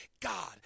God